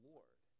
Lord